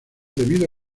debido